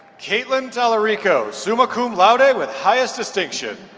caitlin talerico, summa cum laude with highest distinction.